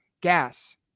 gas